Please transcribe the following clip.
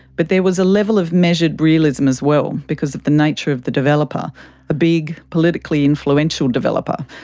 but there was a level of measured realism as well because of the nature of the developer a big, politically influential developer.